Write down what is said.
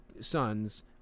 sons